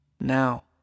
now